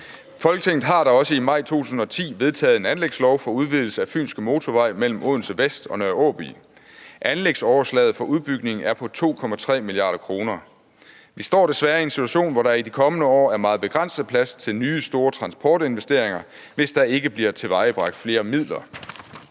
Folketinget har da også i maj 2010 vedtaget en anlægslov for udvidelse af Fynske Motorvej mellem Odense Vest og Nr. Åby. Anlægsoverslaget for udbygningen er på 2,3 mia. kr. Vi står desværre i en situation, hvor der i de kommende år er meget begrænset plads til nye store transportinvesteringer, hvis der ikke bliver tilvejebragt flere midler.